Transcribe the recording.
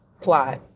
plot